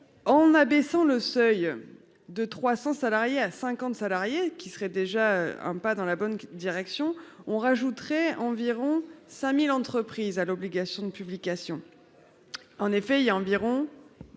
En abaissant le seuil de 300 salariés à 50 salariés qui serait déjà un pas dans la bonne direction on rajouterait environ 5000 entreprises à l'obligation de publication. En effet il y a environ.